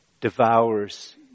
devours